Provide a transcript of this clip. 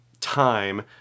time